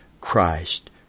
Christ